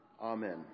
Amen